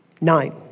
Nine